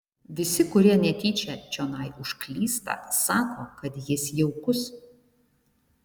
visi kurie netyčia čionai užklysta sako kad jis jaukus